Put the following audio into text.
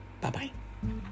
Bye-bye